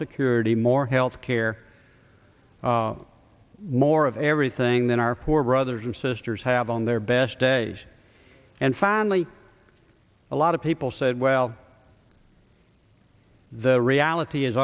security more health care more of everything than our poor brothers and sisters have on their best days and family a lot of people said well the reality is